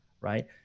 right